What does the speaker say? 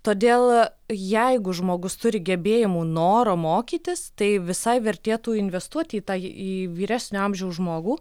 todėl jeigu žmogus turi gebėjimų noro mokytis tai visai vertėtų investuoti į tą į vyresnio amžiaus žmogų